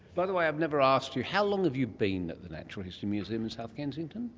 by the way i've never asked you how long have you been at the natural history museum in south kensington?